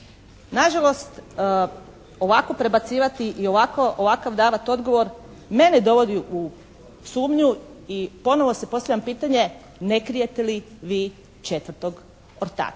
Nažalost ovako prebacivati i ovakav davati odgovor mene dovodi u sumnju. I ponovo si postavljam pitanje ne krijete li vi 4. ortaka.